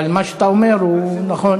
אבל מה שאתה אומר הוא נכון.